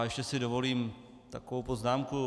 Ještě si dovolím takovou poznámku.